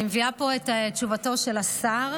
אני מביאה פה את תשובתו של השר.